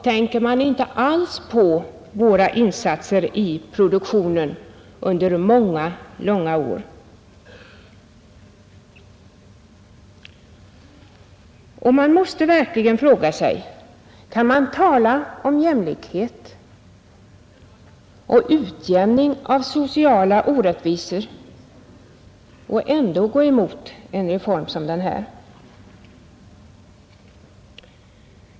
Tänker man inte alls på våra insatser i produktionen under många, långa år? Kan man verkligen tala om jämlikhet och utjämning av sociala orättvisor och ändå gå emot en reform som denna?